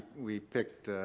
we picked